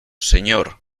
señor